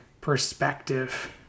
perspective